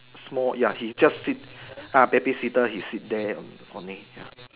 small ya he just sit are baby sitter he sit there on only